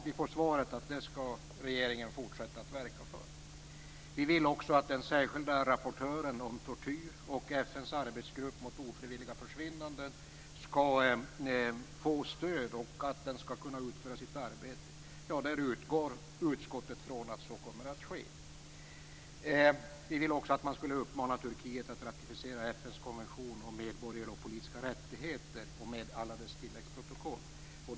Vi får svaret att det skall regeringen fortsätta att verka för. Vi vill också att den särskilda rapportören om tortyr och FN:s arbetsgrupp mot ofrivilliga försvinnanden skall få stöd och att de skall kunna utföra sitt arbete. Där utgår utskottet från att så kommer att ske. Vi vill också att man skall uppmana Turkiet att ratificera FN:s konvention om medborgerliga och politiska rättigheter med alla dess tilläggsprotokoll.